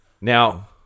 Now